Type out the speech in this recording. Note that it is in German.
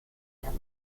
der